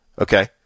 okay